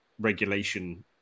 regulation